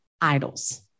idols